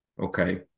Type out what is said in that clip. okay